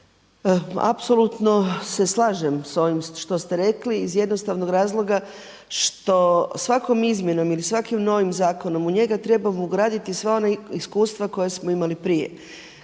apsolutno se slažem s ovim što ste rekli iz jednostavnog razloga što svakom izmjenom ili svakim novim zakonom u njega trebamo ugraditi sva ona iskustva koja smo imali prije.